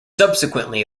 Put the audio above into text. subsequently